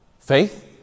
Faith